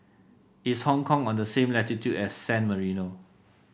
is Hong Kong on the same latitude as San Marino